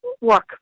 work